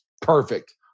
perfect